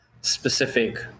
specific